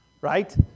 right